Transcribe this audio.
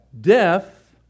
death